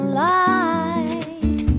light